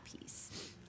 peace